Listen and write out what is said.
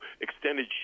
extended